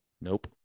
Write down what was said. Nope